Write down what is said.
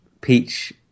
Peach